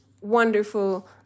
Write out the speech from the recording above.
wonderful